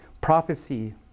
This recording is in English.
prophecy